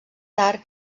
tard